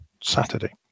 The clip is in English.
Saturday